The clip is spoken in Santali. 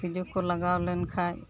ᱛᱤᱡᱩᱠᱚ ᱞᱟᱜᱟᱣᱞᱮᱱ ᱠᱷᱟᱡ